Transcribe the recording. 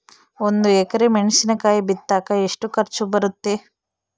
ಒಂದು ಎಕರೆ ಮೆಣಸಿನಕಾಯಿ ಬಿತ್ತಾಕ ಎಷ್ಟು ಖರ್ಚು ಬರುತ್ತೆ?